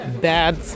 bad